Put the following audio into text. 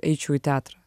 eičiau į teatrą